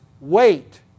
wait